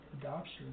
adoption